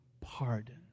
pardon